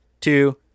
two